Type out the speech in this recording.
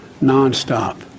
non-stop